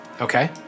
Okay